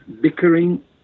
bickering